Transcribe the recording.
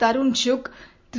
Tarun Chugh Thiru